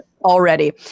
Already